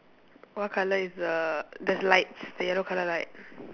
what colour is the there's lights the yellow colour light